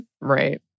Right